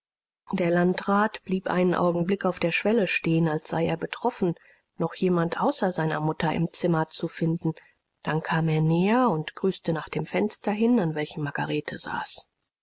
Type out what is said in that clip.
der landrat blieb einen augenblick auf der schwelle stehen als sei er betroffen noch jemand außer seiner mutter im zimmer zu finden dann kam er näher und grüßte nach dem fenster hin an welchem margarete saß